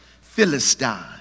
Philistine